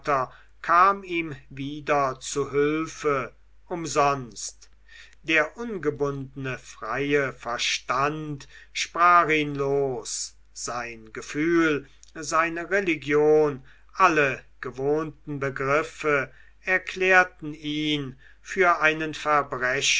kam ihm wieder zu hülfe umsonst der ungebundene freie verstand sprach ihn los sein gefühl seine religion alle gewohnten begriffe erklärten ihn für einen verbrecher